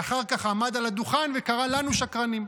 ואחר כך עמד על הדוכן וקרא לנו שקרנים.